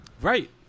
Right